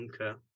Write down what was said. Okay